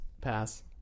Pass